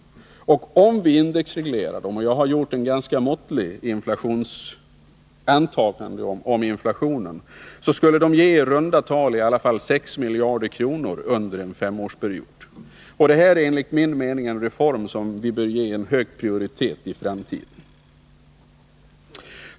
Om vi indexreglerar — och jag har gjort ett ganska måttligt antagande om inflationen — skulle det i alla fall ge i runda tal 6 miljarder under en femårsperiod. Det är enligt min mening en reform som vi bör ge hög prioritet i framtiden.